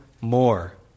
more